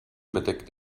bedeckt